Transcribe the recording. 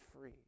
free